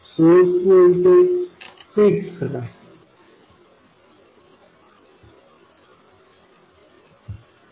source voltage fix राहील